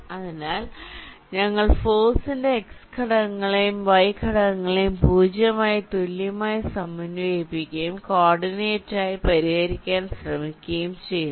അതിനാൽ ഞങ്ങൾ ഫോഴ്സിന്റെ x ഘടകങ്ങളെയും y ഘടകങ്ങളെയും 0 ആയി തുല്യമായി സമന്വയിപ്പിക്കുകയും കോർഡിനേറ്റിനായി പരിഹരിക്കാൻ ശ്രമിക്കുകയും ചെയ്യുന്നു